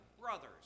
brothers